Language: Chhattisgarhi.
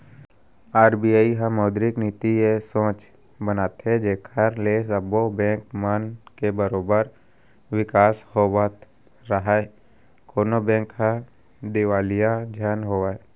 आर.बी.आई ह मौद्रिक नीति ए सोच बनाथे जेखर ले सब्बो बेंक मन के बरोबर बिकास होवत राहय कोनो बेंक ह दिवालिया झन होवय